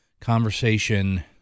conversation